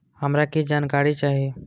हमरा कीछ जानकारी चाही